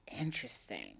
Interesting